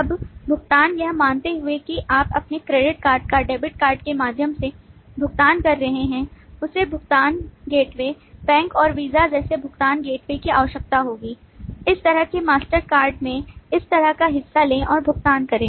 अब भुगतान यह मानते हुए कि आप अपने क्रेडिट कार्ड या डेबिट कार्ड के माध्यम से भुगतान कर रहे हैं उसे भुगतान गेटवे बैंक और वीज़ा जैसे भुगतान गेटवे की आवश्यकता होगी इस तरह के मास्टरकार्ड में इस तरह का हिस्सा लें और भुगतान करें